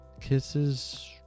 kisses